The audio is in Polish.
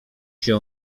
się